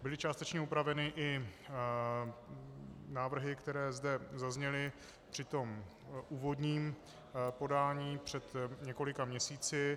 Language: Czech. Byly částečně upraveny i návrhy, které zde zazněly při tom úvodním podání před několika měsíci.